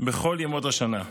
בכל ימות השנה.